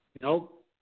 Nope